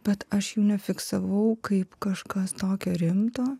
bet aš jų nefiksavau kaip kažkas tokio rimto